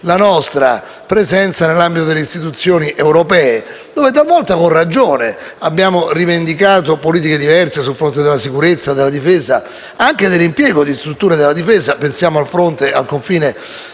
la nostra presenza nell'ambito delle istituzioni europee, dove talvolta con ragione abbiamo rivendicato politiche diverse sul fronte della difesa e della sicurezza e anche dell'impiego di strutture della Difesa. Pensiamo al fronte sul